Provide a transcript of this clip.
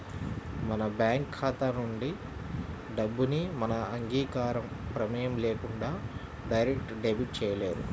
మన బ్యేంకు ఖాతా నుంచి డబ్బుని మన అంగీకారం, ప్రమేయం లేకుండా డైరెక్ట్ డెబిట్ చేయలేరు